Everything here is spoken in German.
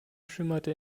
schimmerte